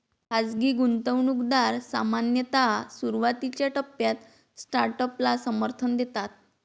खाजगी गुंतवणूकदार सामान्यतः सुरुवातीच्या टप्प्यात स्टार्टअपला समर्थन देतात